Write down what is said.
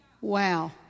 Wow